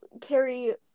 carry